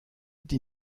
die